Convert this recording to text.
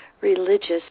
religious